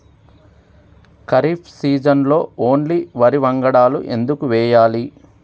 ఖరీఫ్ సీజన్లో ఓన్లీ వరి వంగడాలు ఎందుకు వేయాలి?